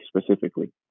specifically